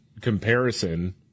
comparison